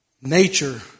nature